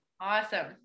Awesome